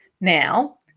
Now